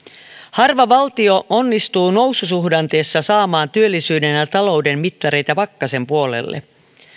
harva valtio onnistuu noususuhdanteessa saamaan työllisyyden ja ja talouden mittareita pakkasen puolelle